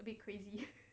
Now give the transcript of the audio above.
be crazy